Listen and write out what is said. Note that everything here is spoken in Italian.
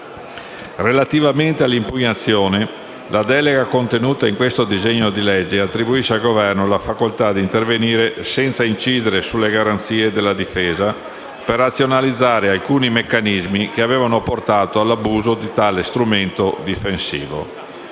Relativamente all'impugnazione, la delega contenuta nel disegno di legge in esame attribuisce al Governo la facoltà di intervenire, senza incidere sulle garanzie della difesa, per razionalizzare alcuni meccanismi che avevano portato all'abuso di tale strumento difensivo.